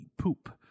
poop